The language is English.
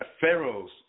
Pharaoh's